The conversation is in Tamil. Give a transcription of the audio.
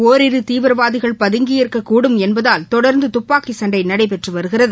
ஒரிரு தீவிரவாதிகள் பதுங்கியிருக்கக் கூடும் என்பதால் தொடர்ந்து துப்பாக்கிச் சண்டை நடைபெற்று வருகிறது